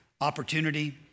opportunity